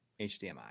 HDMI